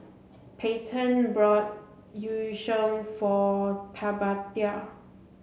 Payton bought Yu Sheng for Tabatha